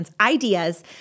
ideas